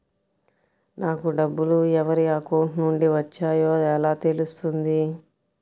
నాకు డబ్బులు ఎవరి అకౌంట్ నుండి వచ్చాయో ఎలా తెలుస్తుంది?